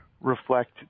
reflect